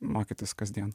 mokytis kasdien